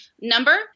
number